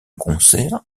concert